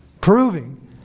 proving